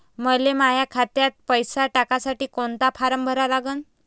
मले माह्या खात्यात पैसे टाकासाठी कोंता फारम भरा लागन?